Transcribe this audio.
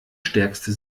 stärkste